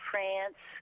France